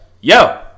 yo